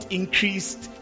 increased